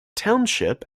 township